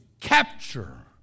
capture